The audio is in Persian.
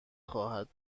خواهد